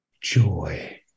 joy